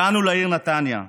הגענו לעיר נתניה.